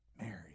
Mary